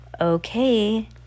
okay